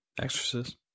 exorcist